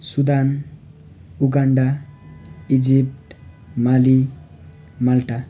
Sudan Uganda Egypt Mali Malta